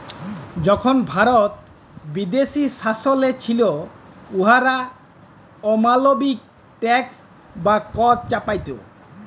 যখল ভারত বিদেশী শাসলে ছিল, উয়ারা অমালবিক ট্যাক্স বা কর চাপাইত